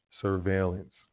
surveillance